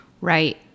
Right